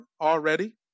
already